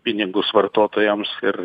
pinigus vartotojams ir